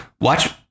watch